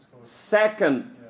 second